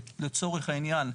לצורך העניין,